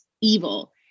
evil